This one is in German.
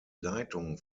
leitung